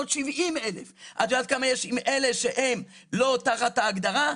570,000. את יודעת כמה יש עם אלה שהם לא תחת ההגדרה?